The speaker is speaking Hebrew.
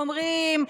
אומרים,